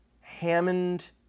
Hammond